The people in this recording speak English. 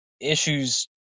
issues